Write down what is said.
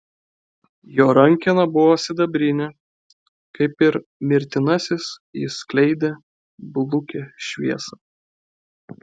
jo rankena buvo sidabrinė kaip ir mirtinasis jis skleidė blukią šviesą